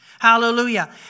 Hallelujah